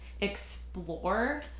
explore